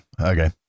Okay